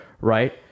right